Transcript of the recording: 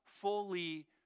fully